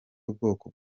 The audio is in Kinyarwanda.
ubwoko